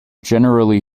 generally